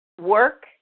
work